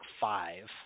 five